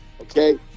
okay